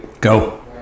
Go